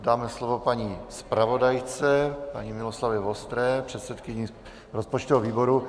Dáme slovo paní zpravodajce paní Miloslavě Vostré, předsedkyni rozpočtového výboru.